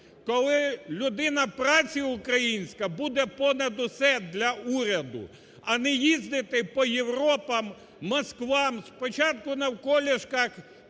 коли людина праці, українська, буде понад усе для уряду, а не їздити по європам, москвам. Спочатку навколішках